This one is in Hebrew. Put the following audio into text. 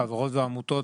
החברות והעמותות,